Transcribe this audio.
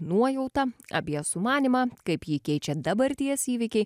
nuojauta apie sumanymą kaip jį keičia dabarties įvykiai